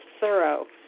thorough